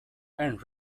and